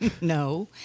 No